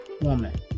woman